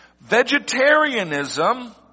Vegetarianism